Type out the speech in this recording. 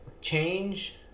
change